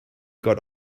got